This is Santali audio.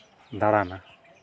ᱫᱟᱬᱟᱱᱟ